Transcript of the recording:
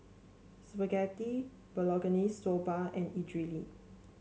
Spaghetti Bolognese Soba and Idili